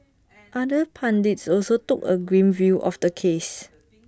other pundits also took A grim view of the case